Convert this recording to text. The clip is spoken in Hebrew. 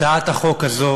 הצעת החוק הזאת